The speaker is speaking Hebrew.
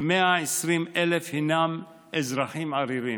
כ-120,000 הינם אזרחים עריריים.